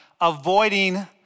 avoiding